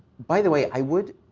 by the way, i would.